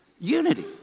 Unity